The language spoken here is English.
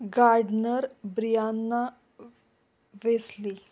gardener brianna wesley